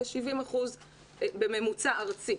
יש 70 אחוזים בממוצע ארצי.